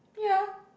yeah